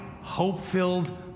hope-filled